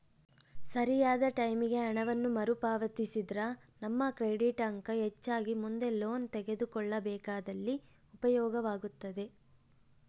ಸರಿಯಾದ ಟೈಮಿಗೆ ಹಣವನ್ನು ಮರುಪಾವತಿಸಿದ್ರ ನಮ್ಮ ಕ್ರೆಡಿಟ್ ಅಂಕ ಹೆಚ್ಚಾಗಿ ಮುಂದೆ ಲೋನ್ ತೆಗೆದುಕೊಳ್ಳಬೇಕಾದಲ್ಲಿ ಉಪಯೋಗವಾಗುತ್ತದೆ